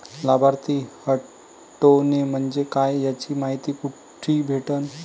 लाभार्थी हटोने म्हंजे काय याची मायती कुठी भेटन?